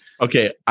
Okay